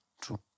True